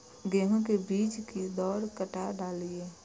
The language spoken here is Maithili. गेंहू के बीज कि दर कट्ठा डालिए?